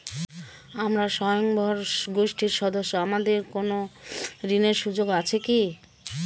আমরা স্বয়ম্ভর গোষ্ঠীর সদস্য আমাদের কোন ঋণের সুযোগ আছে কি?